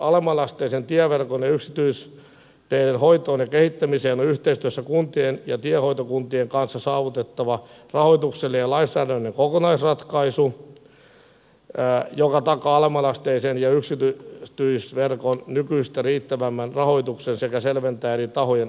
alemmanasteisen tieverkon ja yksityisteiden hoitoon ja kehittämiseen on yhteistyössä kuntien ja tienhoitokuntien kanssa saavutettava rahoituksellinen ja lainsäädännöllinen kokonaisratkaisu joka takaa alemmanasteisen ja yksityistieverkon nykyistä riittävämmän rahoituksen sekä selventää eri tahojen vastuita